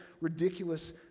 ridiculous